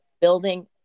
building